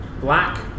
black